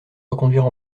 reconduire